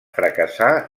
fracassà